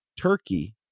Turkey